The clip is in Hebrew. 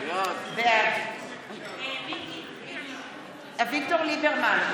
בעד אביגדור ליברמן,